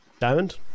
Diamond